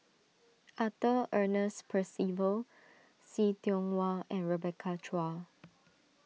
Arthur Ernest Percival See Tiong Wah and Rebecca Chua